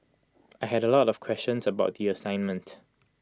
I had A lot of questions about the assignment